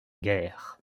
guerre